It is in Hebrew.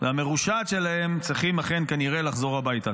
והמרושעת שלהם, צריכים אכן כנראה לחזור הביתה.